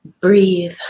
Breathe